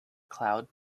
cloud